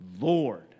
Lord